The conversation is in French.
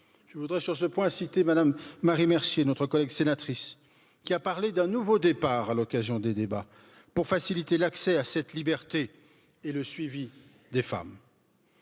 Je voudrais sur ce point citer Mme Marie Mercier, notre collègue sénatrice, qui a parlé d'un nouveau départ à l'occasion des débats pour faciliter l'accès à cette liberté et le suivi des femmes.